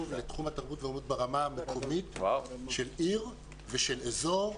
לתחום התרבות והאומנות ברמה המקומית של עיר ושל אזור.